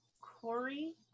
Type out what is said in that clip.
corey